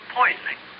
poisoning